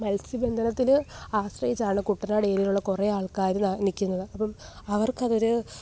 മത്സ്യബന്ധനത്തിൽ ആശ്രയിച്ചാണ് കുട്ടനാട് ഏരിയയിലുള്ള കുറേ ആള്ക്കാർ തന്നെ നിൽക്കുന്നത് അപ്പം അവര്ക്കതൊരു